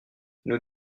nous